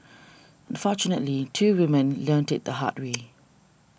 unfortunately two women learnt it the hard way